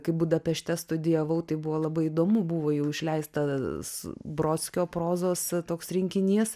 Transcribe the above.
kai budapešte studijavau tai buvo labai įdomu buvo jau išleistas brodskio prozos toks rinkinys